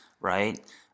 right